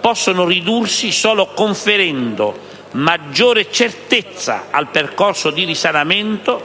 possono ridursi solo conferendo maggiore certezza al percorso di risanamento,